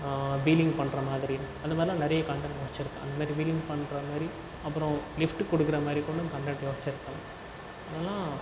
wheeling பண்ணுற மாதிரி அந்த மாரிலாம் நிறைய கன்டென்ட் யோசிச்சுருக்கேன் அந்த மாரி வீலிங் பண்ணுற மாதிரி அப்புறம் லிப்ட் கொடுக்கிற மாதிரி கூடும் கன்டென்ட் யோசிச்சுருக்கேன் அதெலாம்